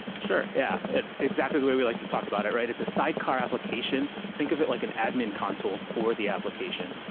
sure. yeah. it's exactly the way we like to talk about it, right? it's a sidecar application. think of it like an admin console for the application.